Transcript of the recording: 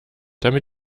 damit